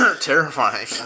terrifying